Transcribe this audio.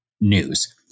news